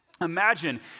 imagine